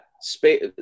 space